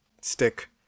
stick